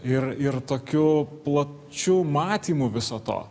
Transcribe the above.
ir ir tokiu plačiu matymu viso to